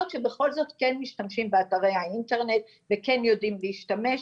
שבכל זאת כן משתמשים באתרי האינטרנט וכן יודעים להשתמש.